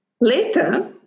Later